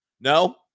No